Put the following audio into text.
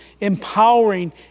empowering